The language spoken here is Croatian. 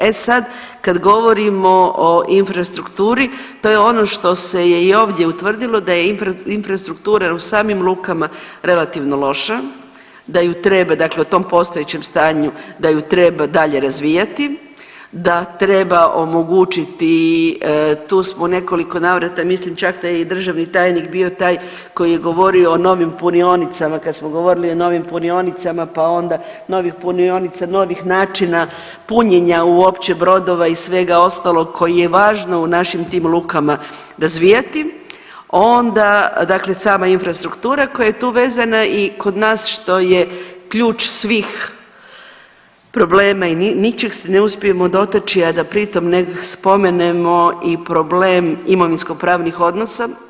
E sad kad govorimo o infrastrukturi to je ono što se je i ovdje utvrdilo da je infrastruktura u samim lukama relativno loša, da je treba, dakle u tom postojećem stanju da je treba dalje razvijati, da treba omogućiti tu smo u nekoliko navrata mislim čak da je i državni tajnik bio taj koji je govorio o novim punionicama kad smo govorili o novim punionicama pa onda novih punionica, novih načina punjenja uopće brodova i svega ostalog koji je važno u našim tim lukama razvijati, onda dakle sama infrastruktura koja je tu vezana i kod nas što je ključ svih problema i ničeg se ne uspijemo dotaći, a da pritom ne spomenemo i problem imovinsko-pravnih odnosa.